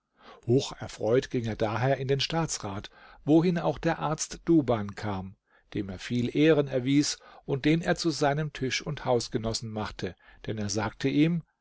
hocherfreut ging er daher in den staatsrat wohin auch der arzt duban kam dem er viel ehren erwies und den er zu seinem tisch und hausgenossen machte denn er sagte ihm